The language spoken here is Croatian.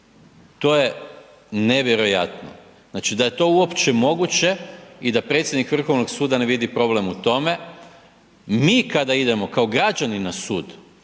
to je nevjerojatno, znači da je to uopće moguće i da predsjednik Vrhovnog suda ne vidi problem u tome, mi kada idemo kao građani na sud